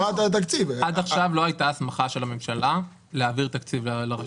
עד עכשיו לא הייתה הסמכה של הממשלה להעביר תקציב לרשות.